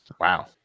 Wow